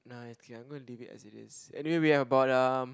nah it's okay I'm gonna leave it as it is anyway we have about um